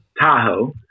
Tahoe